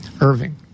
Irving